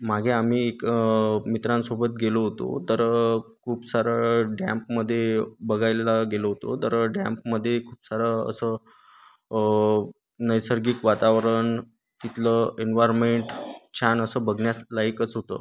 मागे आम्ही एक मित्रांसोबत गेलो होतो तर खूप सारं डॅम्पमध्ये बघायला गेलो होतो तर डॅम्पमध्ये खूप सारं असं नैसर्गिक वातावरण तिथलं एन्वारमेंट छान असं बघण्यास लायकच होतं